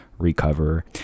recover